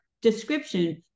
description